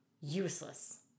Useless